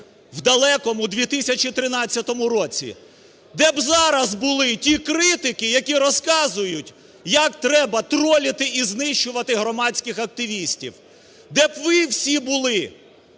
у далекому 2013 році. Де б зараз були ті критики, які розказують, як треба тролити і знищувати громадських активістів? Де б ви всі були?